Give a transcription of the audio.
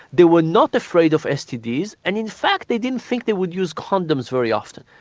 they were not afraid of stds and in fact they didn't think they would use condoms very often.